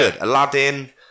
Aladdin